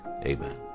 Amen